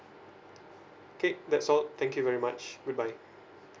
okay that's all thank you very much good bye